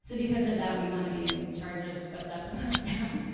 so because of that we wanna be in charge of what's up and what's down.